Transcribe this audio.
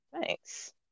Thanks